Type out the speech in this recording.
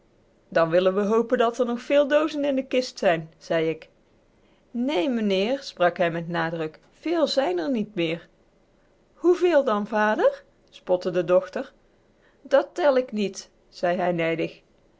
an dan willen we hopen dat r nog veel doozen in de kist zijn zei ik néé meneer sprak hij met nadruk véél zijn r niet meer hoeveel dan vader spotte de dochter dat tel k niet zei hij nijdig